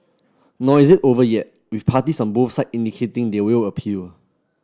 nor is it over yet with parties on both side indicating they will appeal